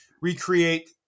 recreate